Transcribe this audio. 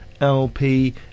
LP